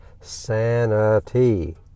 Sanity